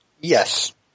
Yes